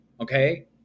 Okay